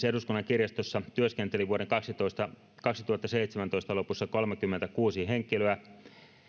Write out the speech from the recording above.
eduskunnan kirjastossa työskenteli vuoden kaksituhattaseitsemäntoista lopussa kolmekymmentäkuusi henkilöä